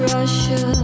Russia